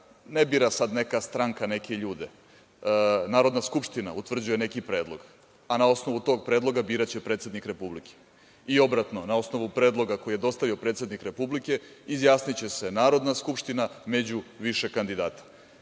ne bira sad neka stranka ljude. Narodna skupština utvrđuje neki predlog, a na osnovu tog predloga biraće predsednik Republike i obratno. Na osnovu predloga koji je dostavio predsednik Republike izjasniće se Narodna skupština među više kandidata.